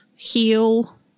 heal